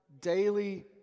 daily